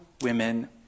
women